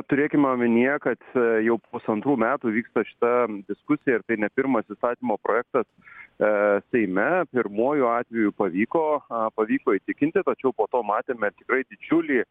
turėkim omenyje kad jau pusantrų metų vyksta šita diskusija ir tai ne pirmas įstatymo projektas e seime pirmuoju atveju pavyko pavyko įtikinti tačiau po to matėme tikrai didžiulį